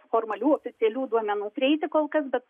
formalių oficialių duomenų prieiti kol kas bet